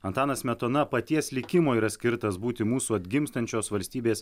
antanas smetona paties likimo yra skirtas būti mūsų atgimstančios valstybės